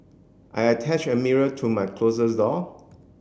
I attached a mirror to my closes door